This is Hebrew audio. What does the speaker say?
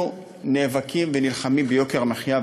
אנחנו נאבקים ונלחמים ביוקר המחיה,